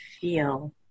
feel